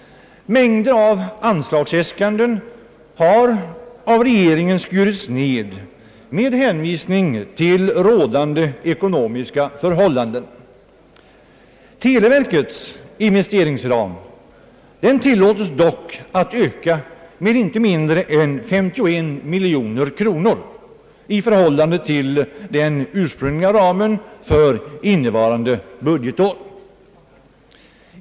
Mängder av anslagsäskanden har av regeringen skurits ned med hänvisning till rådande ekonomiska förhållanden. Televerkets investeringsram tillåtes dock att öka med inte mindre än 51 miljoner kronor i förhållande till den ursprungliga ramen för innevarande budgetår.